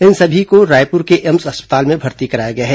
इन सभी को रायपुर के एम्स अस्पताल में भर्ती कराया गया है